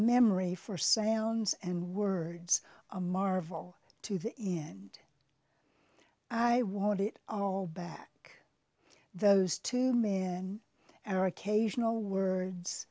memory for sounds and words a marvel to the end i want it all back those two men and our occasional words